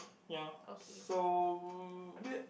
ya so a bit